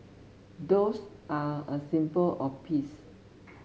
doves are a symbol or peace